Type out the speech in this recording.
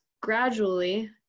gradually